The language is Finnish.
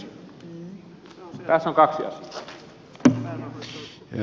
arvoisa puhemies